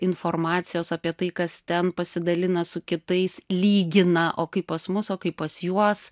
informacijos apie tai kas ten pasidalina su kitais lygina o kaip pas mus o kaip pas juos